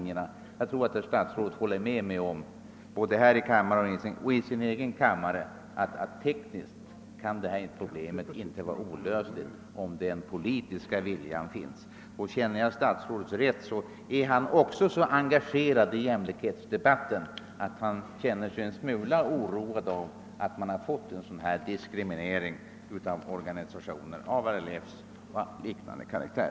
Jag tror att herr statsrådet — både här i kammaren och i sin egen kammare — håller med mig om att detta problem tekniskt inte kan vara olösligt, om den politiska viljan finns. Känner jag statsrådet rätt är han också så engagerad i jämlikhetsdebatten att han känner sig en smula oroad av denna diskriminering av organisationér av RLF:s karaktär.